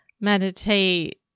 meditate